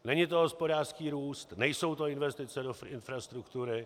Není to hospodářský růst, nejsou to investice do infrastruktury.